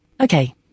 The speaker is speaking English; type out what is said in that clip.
Okay